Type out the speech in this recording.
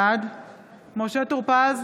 בעד משה טור פז,